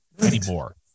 anymore